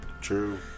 True